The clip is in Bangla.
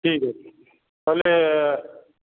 ঠিক আছে তাহলে